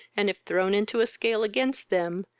and, if thrown into a scale against them,